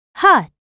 Hut